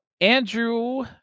Andrew